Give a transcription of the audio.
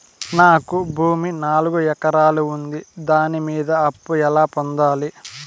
నాకు భూమి నాలుగు ఎకరాలు ఉంది దాని మీద అప్పు ఎలా పొందాలి?